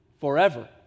forever